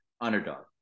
Underdog